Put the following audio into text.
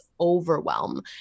overwhelm